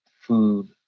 food